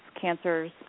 cancers